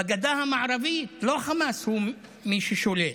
בגדה המערבית לא חמאס הוא מי ששולט.